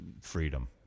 freedom